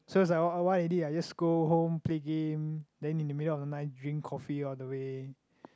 so it's like orh what I did ah I just go home play game then in the middle of the night drink coffee all the way